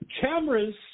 Cameras